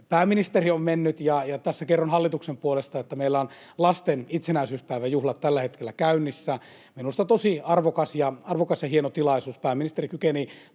pääministeri on mennyt, ja tässä kerron hallituksen puolesta, että meillä on lasten itsenäisyyspäiväjuhlat tällä hetkellä käynnissä — minusta tosi arvokas ja hieno tilaisuus. Pääministeri kykeni